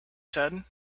said